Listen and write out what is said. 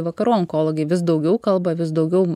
vakarų onkologai vis daugiau kalba vis daugiau